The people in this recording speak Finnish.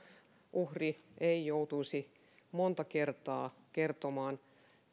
uhri ei joutuisi monta kertaa kertomaan